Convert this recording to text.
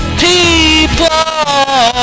people